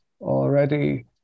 already